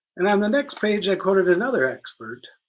and on the next page i quoted another expert,